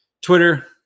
twitter